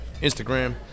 Instagram